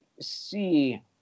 see